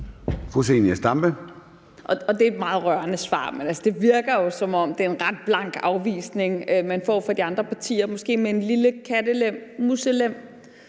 Det er et meget rørende svar. Men det virker jo, som om det er en ret blank afvisning, man får fra de andre partier, måske med en lille kattelem, muselem,